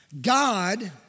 God